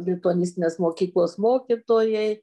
lituanistinės mokyklos mokytojai